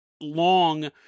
Long